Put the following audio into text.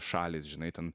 šalys žinai ten